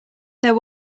there